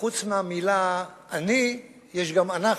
שחוץ מהמלה "אני" יש גם "אנחנו",